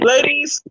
Ladies